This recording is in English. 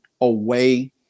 away